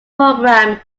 program